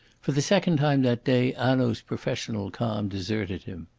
for the second time that day hanaud's professional calm deserted him.